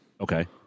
Okay